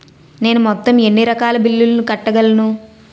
నేను మొత్తం ఎన్ని రకాల బిల్లులు కట్టగలను?